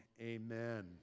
amen